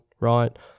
right